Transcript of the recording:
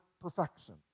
perfection